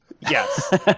Yes